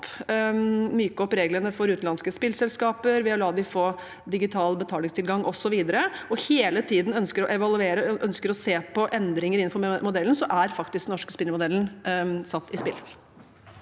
myke opp reglene for utenlandske spillselskaper ved å la dem få digital betalingstilgang osv., og hele tiden ønsker å evaluere og se på endringer innenfor modellen, er faktisk den norske spillmodellen satt på spill.